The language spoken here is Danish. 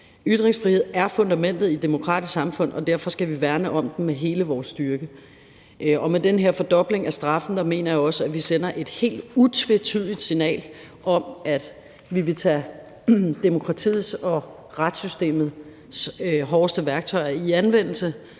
Ytringsfrihed er fundamentet i et demokratisk samfund, og derfor skal vi værne om den med hele vores styrke. Og med den her fordobling af straffen mener jeg også at vi sender et helt utvetydigt signal om, at vi vil tage demokratiets og retssystemets hårdeste værktøjer i anvendelse